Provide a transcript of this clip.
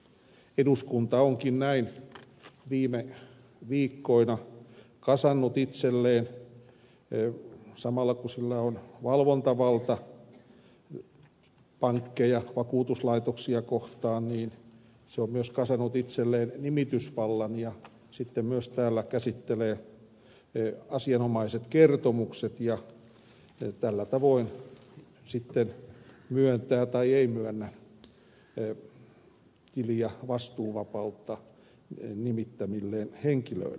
eduskunta onkin näin viime viikkoina kasannut itselleen samalla kun sillä on valvontavalta pankkeja vakuutuslaitoksia kohtaan mihin se on myös kasannut itselleen nimitysvallan ja sitten myös täällä käsittelee asianomaiset kertomukset ja tällä tavoin myöntää tai ei myönnä tili ja vastuuvapautta nimittämilleen henkilöille